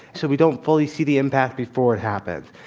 so we don't fully see the impact before it happens.